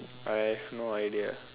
I have no idea